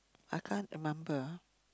I can't remember